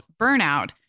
Burnout